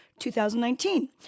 2019